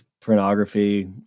pornography